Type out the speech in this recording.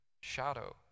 shadow